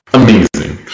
amazing